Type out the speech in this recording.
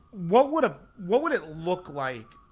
what would ah what would it look like